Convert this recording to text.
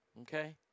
Okay